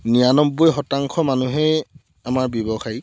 নিৰান্নব্বৈ শতাংশ মানুহেই আমাৰ ব্যৱসায়ী